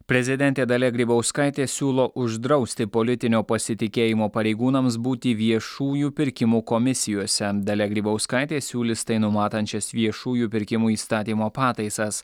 prezidentė dalia grybauskaitė siūlo uždrausti politinio pasitikėjimo pareigūnams būti viešųjų pirkimų komisijose dalia grybauskaitė siūlys tai numatančias viešųjų pirkimų įstatymo pataisas